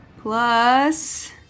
Plus